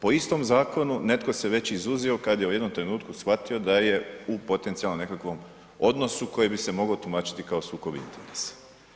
Po istom zakonu netko se već izuzeo kad je u jednom trenutku shvatio da je u potencijalnom nekakvom odnosu koji bi se mogao tumačiti kao sukob interesa.